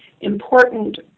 important